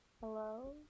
Hello